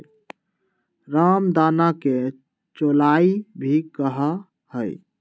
रामदाना के चौलाई भी कहा हई